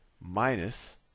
minus